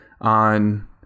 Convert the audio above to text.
on